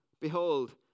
Behold